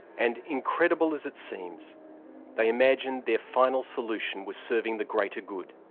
and incredible as it seems they imagined their final solution was serving the greater good.